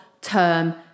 term